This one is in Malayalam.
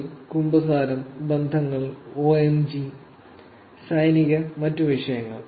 എൽ കുമ്പസാരം ബന്ധങ്ങൾ ഓഎംജി സൈനിക മറ്റ് വിഷയങ്ങൾ